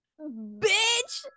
Bitch